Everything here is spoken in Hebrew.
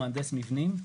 מבנים.